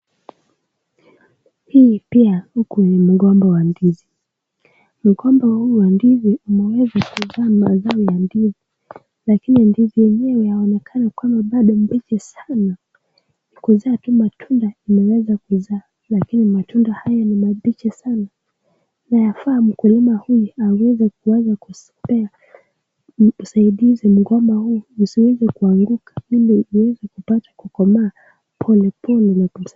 Hii pia huku ni mgomba wa ndizi. Mgomba huu wa ndizi umeweza kuzaa mazao ya ndizi, lakini ndizi yenyewe yaonekana kwamba bado mbichi sana. Kutoa tu matunda imeweza kuzaa, lakini matunda hayo ni mabichi sana. Na yafaa mkulima huyu aweze kuweka msaidizi mgomba huu usiweze kuanguka ili uweze kupata kukomaa polepole na kukua.